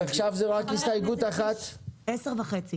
אז עכשיו זו רק הסתייגות אחת, מרב?